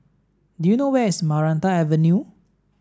do you know where is Maranta Avenue